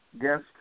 guest